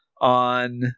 on